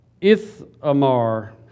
Ithamar